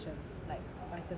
like vitamins like that